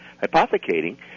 hypothecating